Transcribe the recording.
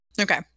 Okay